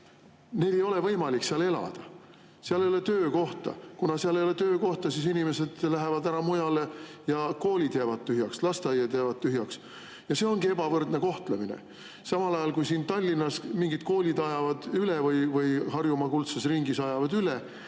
neil ei ole võimalik seal elada, seal ei ole töökohta. Kuna seal ei ole töökohta, siis inimesed lähevad ära mujale, koolid jäävad tühjaks ja lasteaiad jäävad tühjaks. See ongi ebavõrdne kohtlemine. Samal ajal kui siin Tallinnas või Harjumaa kuldses ringis koolid ajavad üle,